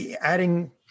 adding